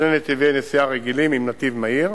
שני נתיבי נסיעה רגילים עם נתיב מהיר,